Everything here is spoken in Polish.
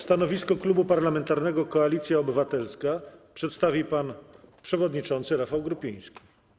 Stanowisko Klubu Parlamentarnego Koalicja Obywatelska przedstawi pan przewodniczący Rafał Grupiński.